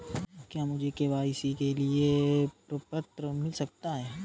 क्या मुझे के.वाई.सी के लिए प्रपत्र मिल सकता है?